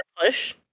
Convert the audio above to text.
push